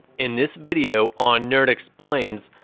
and this video on nerd explains,